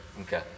Okay